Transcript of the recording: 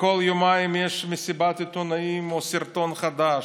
וכל יומיים יש מסיבת עיתונאים או סרטון חדש.